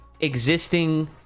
existing